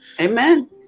Amen